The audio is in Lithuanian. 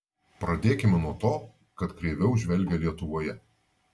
pradėkime nuo to kad kreiviau žvelgia lietuvoje